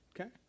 Okay